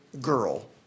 girl